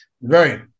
Right